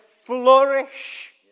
flourish